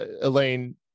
Elaine